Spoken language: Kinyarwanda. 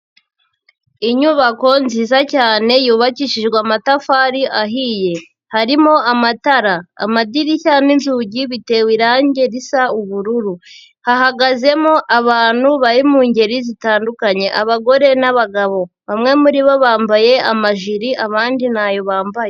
Inyubako nziza cyane yubakishijwe amatafari ahiye. Harimo amatara. Amadirishya n' inzugi bitewe irangi risa ubururu. Hahagazemo abantu bari mu ngeri zitandukanye. Abagore n'abagabo. Bamwe muri bo bambaye amajiri, abandi nta yo bambaye.